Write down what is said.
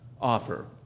offer